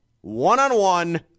one-on-one